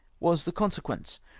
was the consequence.